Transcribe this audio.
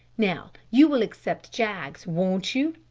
now, you will accept jaggs, won't you?